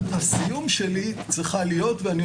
גם דקה, אפילו פחות אם אני אוכל.